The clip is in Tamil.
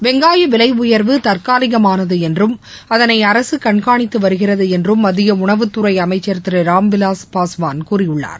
வெங்காய விலை உயர்வு தற்காலிகமானது என்றும் அதளை அரசு கண்காணித்து வருகிறது என்றும் மத்திய உணவுத் துறை அமைச்சர் திரு ராம்விலாஸ் பாஸ்வான் கூறியுள்ளார்